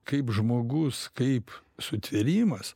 kaip žmogus kaip sutvėrimas